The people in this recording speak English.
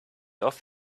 off